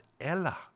Ella